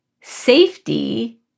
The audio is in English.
safety